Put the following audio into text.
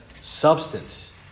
substance